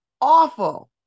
awful